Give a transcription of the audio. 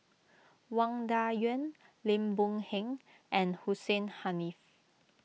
Wang Dayuan Lim Boon Heng and Hussein Haniff